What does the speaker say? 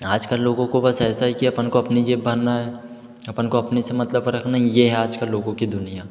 आजकल लोगों को बस ऐसा है कि अपन को अपनी जेब भरना है अपन को अपने से मतलब रखना ये है आजकल लोगों के दुनिया